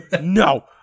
No